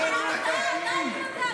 אנחנו מנותקים?